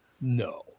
no